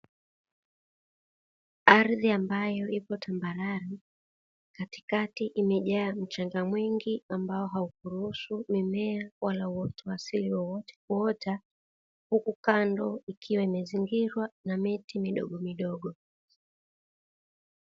Ardhi ambayo ipo tambarare katikati imejaa mchanga mwingi ambao hauruhusu mimea au uoto wa asili wowote kuota, huku kando ikiwa imezingirwa na miti midogo midogo.